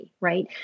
right